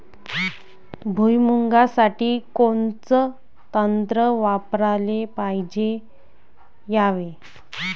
भुइमुगा साठी कोनचं तंत्र वापराले पायजे यावे?